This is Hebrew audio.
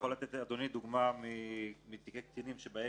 אני יכול לתת לאדוני דוגמה ממקרים של תיקי קטינים שבהם